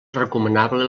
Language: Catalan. recomanable